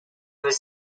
was